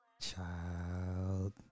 Child